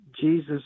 Jesus